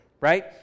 Right